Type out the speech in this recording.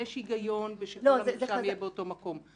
יש היגיון שכל המרשם יהיה באותו מקום,